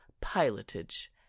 pilotage